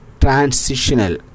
transitional